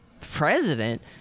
president